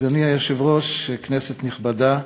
אדוני היושב-ראש, כנסת נכבדה,